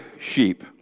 sheep